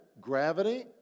Gravity